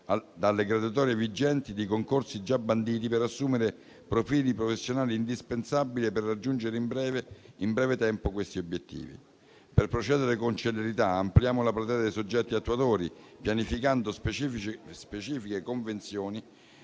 dalle graduatorie vigenti di concorsi già banditi per assumere profili professionali indispensabili per raggiungere in breve tempo questi obiettivi. Per procedere con celerità, ampliamo la platea dei soggetti attuatori, pianificando specifiche convenzioni